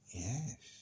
yes